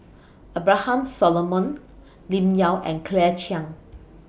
Abraham Solomon Lim Yau and Claire Chiang